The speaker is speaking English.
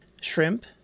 shrimp